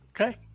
Okay